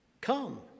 Come